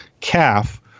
calf